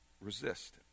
resist